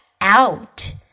out